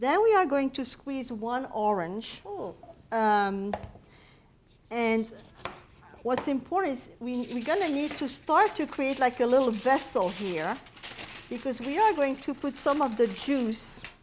then we are going to squeeze one orange bowl and what's important is we are going to need to start to create like a little vessel here because we are going to put some of the juice